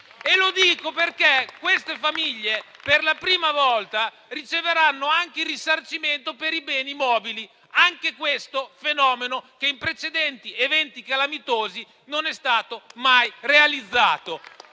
E lo dico perché quelle famiglie per la prima volta riceveranno il risarcimento anche per i beni mobili: questo è un fenomeno che nei precedenti eventi calamitosi non è stato mai realizzato.